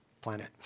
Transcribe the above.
Planet